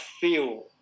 feel